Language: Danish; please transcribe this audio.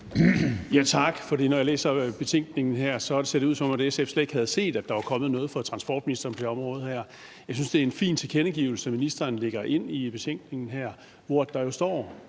(S): Tak for det. Når jeg læser betænkningen her, ser det ud, som om SF slet ikke havde set, at der var kommet noget fra transportministeren på det område her. Jeg synes, det er en fin tilkendegivelse, ministeren lægger ind i betænkningen her, hvor der jo står,